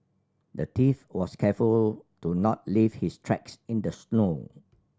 the thief was careful to not leave his tracks in the snow